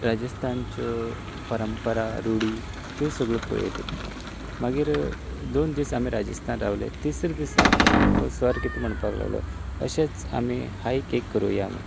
राजस्थानच्यो परंपरा रुडी त्यो सगल्यो पळयल्यो मागीर दोन दीस आमी राजस्थान रावले तिसऱ्या दिसाक आमकां सर कितें म्हणपाक लागलो अशेच आमी हायक एक करुया म्हणून